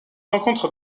rencontre